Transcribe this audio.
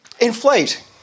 inflate